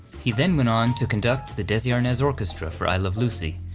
he then went on to conduct the desi arnaz orchestra for i love lucy,